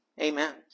Amen